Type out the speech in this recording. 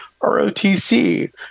ROTC